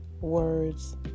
words